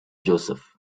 joseph